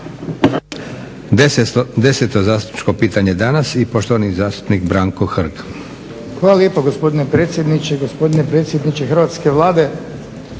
10. zastupničko pitanje danas i poštovani zastupnik Branko Hrg. **Hrg, Branko (HSS)** Hvala lijepa gospodine predsjedniče, gospodine predsjedniče Hrvatske vlade